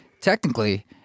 Technically